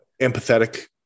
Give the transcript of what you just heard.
empathetic